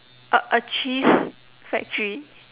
a a cheese factory